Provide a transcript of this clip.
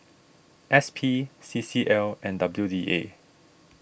S P C C L and W D A